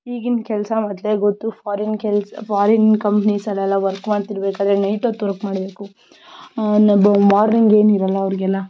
ಈಗಿನ ಕೆಲಸ ಮೊದಲೇ ಗೊತ್ತು ಫಾರಿನ್ ಕೆಲಸ ಫಾರಿನ್ ಕಂಪ್ನೀಸಲ್ಲೆಲ್ಲ ವರ್ಕ್ ಮಾಡ್ತಿರ್ಬೇಕಾದರೆ ನೈಟ್ ಹೊತ್ತು ವರ್ಕ್ ಮಾಡಬೇಕು ಅದು ಮಾರ್ನಿಂಗ್ ಏನಿರಲ್ಲ ಅವರಿಗೆಲ್ಲ